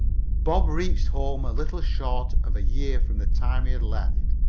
bob reached home a little short of a year from the time he had left.